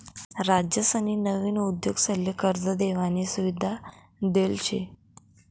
राज्यसनी नवीन उद्योगसले कर्ज देवानी सुविधा देल शे